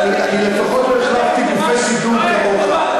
אני לפחות לא החלפתי גופי שידור כמוך.